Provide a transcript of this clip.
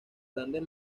grandes